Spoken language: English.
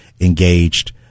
engaged